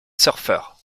surfeurs